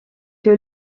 que